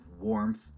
warmth